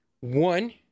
One